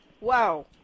Wow